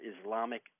Islamic